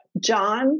John